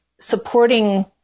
supporting